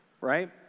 right